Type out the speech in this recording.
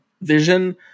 vision